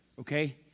okay